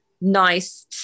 nice